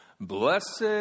Blessed